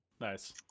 Nice